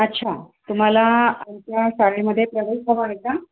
अच्छा तुम्हाला आमच्या शाळेमध्ये प्रवेश हवा आहे का